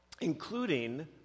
including